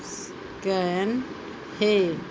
scan है